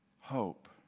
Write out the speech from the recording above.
hope